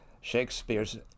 Shakespeare's